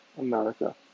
America